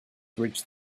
reached